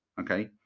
Okay